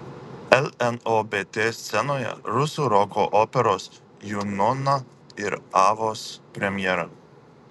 lnobt scenoje rusų roko operos junona ir avos premjera